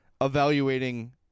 evaluating